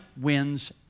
wins